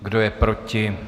Kdo je proti?